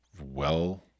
well-